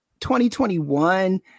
2021